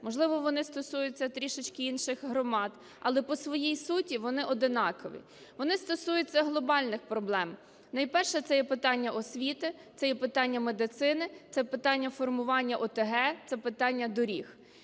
можливо, вони стосуються трішечки інших громад, але по своїй суті вони одинакові. Вони стосуються глобальних проблем. Найперше – це є питання освіти. Це є питання медицини, це питання формування ОТГ, це питання доріг.